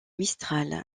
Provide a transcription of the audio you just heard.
mistral